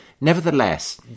nevertheless